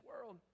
world